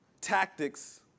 tactics